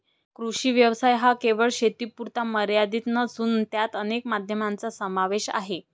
कृषी व्यवसाय हा केवळ शेतीपुरता मर्यादित नसून त्यात अनेक माध्यमांचा समावेश आहे